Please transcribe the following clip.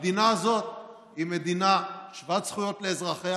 המדינה הזאת היא מדינה שוות זכויות לאזרחיה,